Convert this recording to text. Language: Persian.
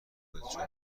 خوبه